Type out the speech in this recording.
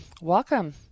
welcome